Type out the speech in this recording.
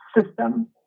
system